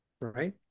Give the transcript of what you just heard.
right